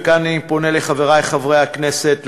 וכאן אני פונה לחברי חברי הכנסת,